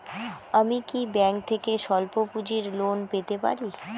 আমি কি ব্যাংক থেকে স্বল্প পুঁজির লোন পেতে পারি?